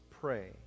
pray